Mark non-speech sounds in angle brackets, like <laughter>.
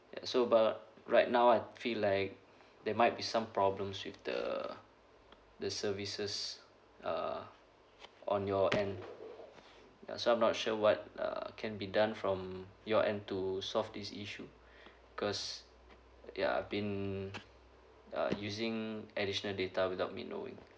ya so about right now I feel like there might be some problems with the the services uh on your end ya so I'm not sure what uh can be done from your end to solve this issue <breath> because ya I've been uh using additional data without me knowing